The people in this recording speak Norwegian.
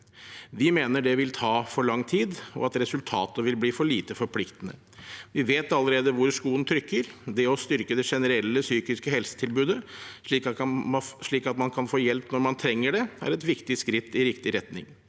Vi mener det vil ta for lang tid, og at resultatet vil bli for lite forpliktende. Vi vet allerede hvor skoen trykker. Det å styrke det generelle psykiske helsetilbudet slik at man kan få hjelp når man trenger det, er et viktig skritt i riktig retning.